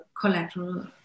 collateral